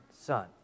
Son